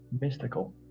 mystical